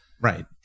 Right